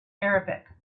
arabic